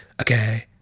Okay